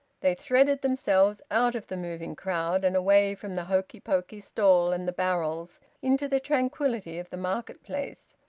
they threaded themselves out of the moving crowd and away from the hokey-pokey stall and the barrels into the tranquillity of the market-place,